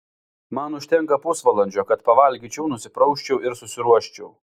man užtenka pusvalandžio kad pavalgyčiau nusiprausčiau ir susiruoščiau